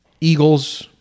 Eagles